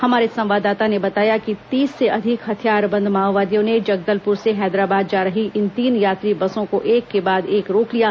हमारे संवाददाता ने बताया कि ंतीस से अधिक हथियार बंद माओवादियों ने जगदलपुर से हैदराबाद जा रही इन तीन यात्री बसों को एक के बाद एक रोक लिया